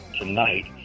tonight